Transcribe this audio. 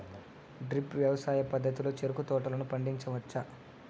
drip వ్యవసాయ పద్ధతిలో చెరుకు తోటలను పండించవచ్చా